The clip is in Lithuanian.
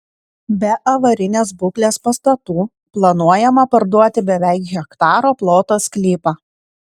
be avarinės būklės pastatų planuojama parduoti beveik hektaro ploto sklypą